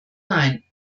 nein